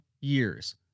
years